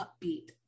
upbeat